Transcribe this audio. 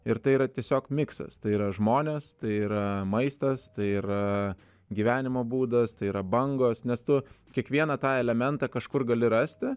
ir tai yra tiesiog miksas tai yra žmonės tai yra maistas tai yra gyvenimo būdas tai yra bangos nes tu kiekvieną tą elementą kažkur gali rasti